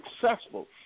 successful